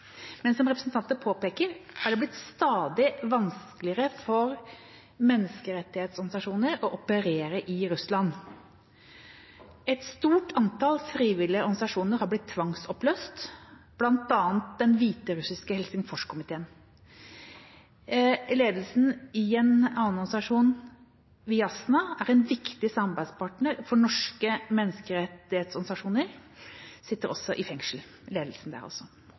Men som representanten påpeker, har det blitt stadig vanskeligere for menneskerettighetsorganisasjoner å operere i Hviterussland. Et stort antall frivillige organisasjoner har blitt tvangsoppløst, bl.a. den hviterussiske Helsingforskomiteen. Ledelsen i en annen organisasjon, Viasna, en viktig samarbeidspartner for norske menneskerettighetsorganisasjoner, sitter også i fengsel.